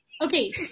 okay